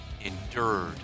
endured